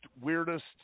weirdest